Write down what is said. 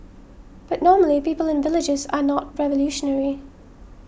but normally people in villages are not revolutionary